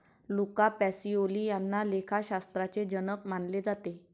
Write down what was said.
Luca Pacioli यांना लेखाशास्त्राचे जनक मानले जाते